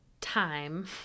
time